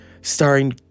Starring